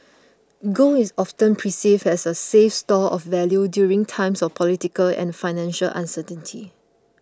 gold is often perceived as a safe store of value during times of political and financial uncertainty